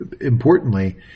importantly